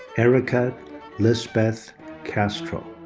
erika lizbeth castro.